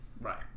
right